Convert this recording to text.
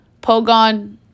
Pogon